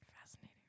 Fascinating